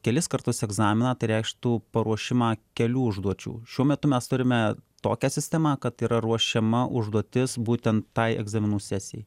kelis kartus egzaminą tai reikštų paruošimą kelių užduočių šiuo metu mes turime tokią sistemą kad yra ruošiama užduotis būtent tai egzaminų sesijai